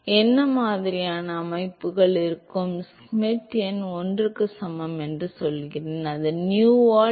என்ன மாதிரியான அமைப்புகள் இருக்கும் Schmidt எண் 1க்கு சமம் என்று சொல்கிறேன் இது nu ஆல் D